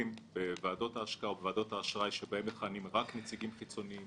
ועדות ההשקעה וועדות האשראי שבהן מכהנים רק נציגים חיצוניים